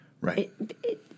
Right